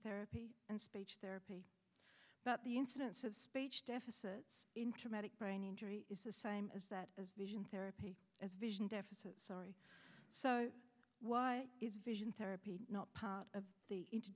therapy and speech therapy about the incidence of speech deficit intermeddle brain injury is the same as that as vision therapy as vision deficit sorry so why is vision therapy not part of the